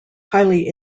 highly